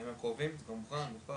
בימים הקרובים וזה כבר מוכן ומודפס.